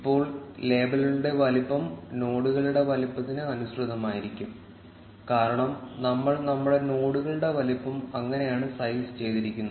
ഇപ്പോൾ ലേബലുകളുടെ വലുപ്പം നോഡുകളുടെ വലുപ്പത്തിന് അനുസൃതമായിരിക്കും കാരണം നമ്മൾ നമ്മുടെ നോഡുകളുടെ വലുപ്പം അങ്ങനെയാണ് സൈസ് ചെയ്തിരിക്കുന്നത്